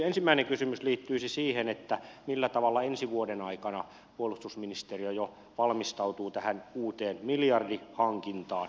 ensimmäinen kysymys liittyisi siihen millä tavalla ensi vuoden aikana puolustusministeriö jo valmistautuu tähän uuteen miljardihankintaan